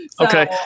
Okay